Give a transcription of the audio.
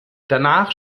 danach